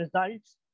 results